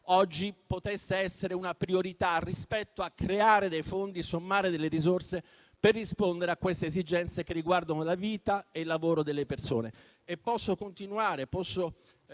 potesse essere una priorità rispetto a creare dei fondi, a sommare delle risorse, per rispondere a queste esigenze che riguardano la vita e il lavoro delle persone.